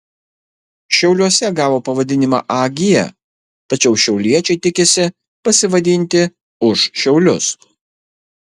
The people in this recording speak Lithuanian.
šiauliuose gavo pavadinimą ag tačiau šiauliečiai tikisi pasivadinti už šiaulius